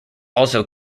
also